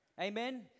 Amen